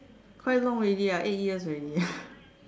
quite long already ah eight years already